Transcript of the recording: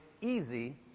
easy